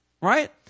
right